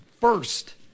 first